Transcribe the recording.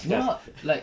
ya like